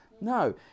No